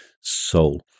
soul